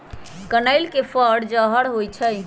कनइल के फर जहर होइ छइ